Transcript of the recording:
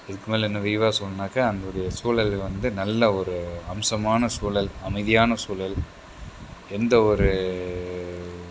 இதுக்கு மேலே இன்னும் விரிவாக சொல்ணும்னாக்கா அந்த ஒரு சூழல்கள் வந்து நல்ல ஒரு அம்சமான சூழல் அமைதியான சூழல் எந்த ஒரு